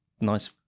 nice